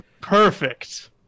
Perfect